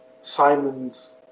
Simon's